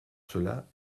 cela